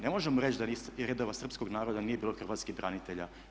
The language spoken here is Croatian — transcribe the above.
Ne možemo reći da iz redova srpskog naroda nije bilo hrvatskih branitelja.